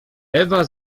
ewa